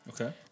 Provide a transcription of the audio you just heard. Okay